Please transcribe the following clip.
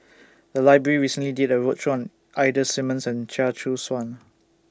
The Library recently did A roadshow on Ida Simmons and Chia Choo Suan